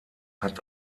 hat